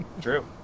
True